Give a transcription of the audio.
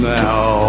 now